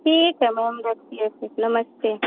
ठीक है मैम रखिए फिर नमस्ते